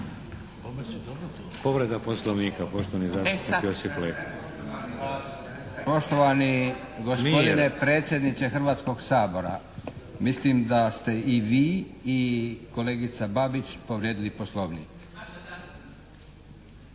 Povreda poslovnika poštovani zastupnik Josip Leko. **Leko, Josip (SDP)** Poštovani gospodine predsjedniče Hrvatskoga sabora, mislim da ste i vi i kolegica Babić povrijedili poslovnik.